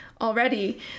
already